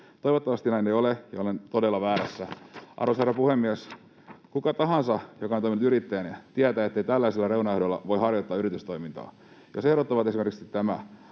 Toivottavasti näin ei ole ja olen todella väärässä. Arvoisa herra puhemies! Kuka tahansa, joka on toiminut yrittäjänä, tietää, ettei tällaisilla reunaehdoilla voi harjoittaa yritystoimintaa. Jos ehdot ovat esimerkiksi nämä,